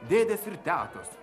dėdės ir tetos